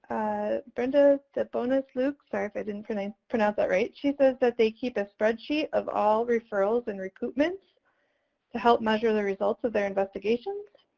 ah brenda debonis-lukes, sorry if i didn't pronounce pronounce that right. she says that they keep a spreadsheet of all referrals and recoupments to help measure the results of their investigations.